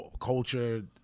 culture